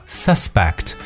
suspect